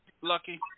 Lucky